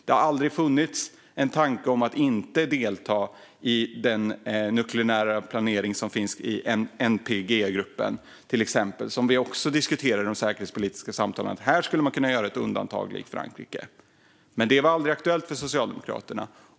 Det har aldrig funnits en tanke om att inte delta i den nukleära planering som finns i till exempel NPG-gruppen. Vi diskuterade också i de säkerhetspolitiska samtalen att man här, likt Frankrike, skulle kunna göra ett undantag. Men det var aldrig aktuellt för Socialdemokraterna.